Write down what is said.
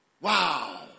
Wow